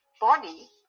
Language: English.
Body